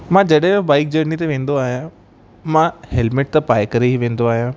मां जॾहिं बि बाइक जर्नी ते वेंदो आहियां मां हैलमेट त पाए करे ई वेंदो आहियां